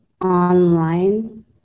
online